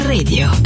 Radio